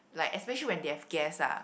like especially when they have guest lah